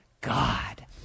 God